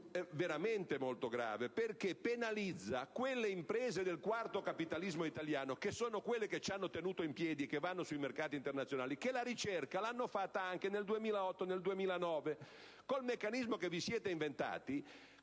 è veramente molto grave, in quanto penalizza quelle imprese del quarto capitalismo italiano che sono quelle che ci hanno tenuto in piedi e che vanno sui mercati internazionali, che la ricerca l'hanno fatta anche nel 2008 e nel 2009. Con il meccanismo che vi siete inventati,